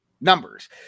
numbers